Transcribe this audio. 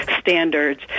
standards